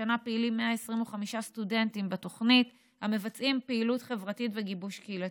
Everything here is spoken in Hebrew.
השנה פעילים 125 סטודנטים בתוכנית ומבצעים פעילות חברתית וגיבוש קהילתי.